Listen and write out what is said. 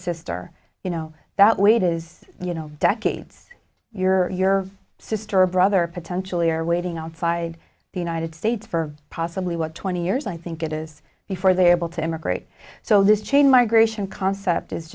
sister you know that weight is you know decades your sister or brother potentially are waiting outside the united states for possibly what twenty years i think it is before their will to emigrate so this chain migration concept is